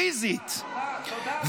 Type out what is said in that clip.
פיזית,